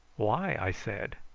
why? i said.